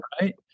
right